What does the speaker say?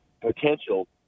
potential